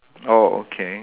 oh okay